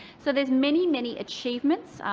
so there's many, many achievements,